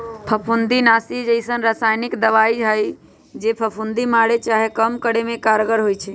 फफुन्दीनाशी अइसन्न रसायानिक दबाइ हइ जे फफुन्दी मारे चाहे कम करे में कारगर होइ छइ